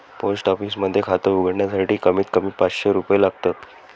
post office मध्ये खात उघडण्यासाठी कमीत कमी पाचशे रुपये लागतात